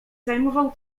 zajmował